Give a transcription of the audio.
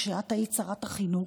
כשאת היית שרת החינוך,